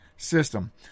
system